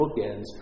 bookends